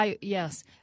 Yes